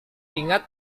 ingat